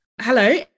Hello